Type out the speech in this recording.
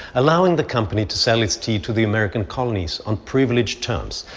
allowing the company to sell its tea to the american colonies, on privileged terms,